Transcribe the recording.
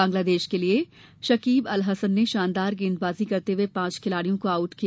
बांग्लादेश के लिए शकीब अल हसन ने शानदार गेंदबाजी करते हुए पांच खिलाड़ियों को आउट किया